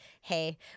hey